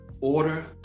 order